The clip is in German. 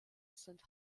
sind